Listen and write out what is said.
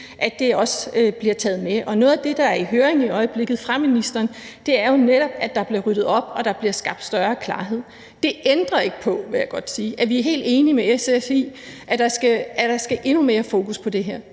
vigtige, også bliver taget med. Noget af det, der er i høring i øjeblikket fra ministeren, er jo netop, at der bliver ryddet op og der bliver skabt større klarhed. Det ændrer ikke på, vil jeg godt sige, at vi er helt enige med SF i, at der skal endnu mere fokus på det her.